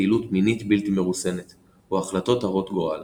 פעילות מינית בלתי מרוסנת או החלטות הרות גורל